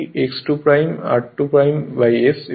সুতরাং এটি X 2 r2 S হবে